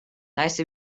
nice